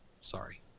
Sorry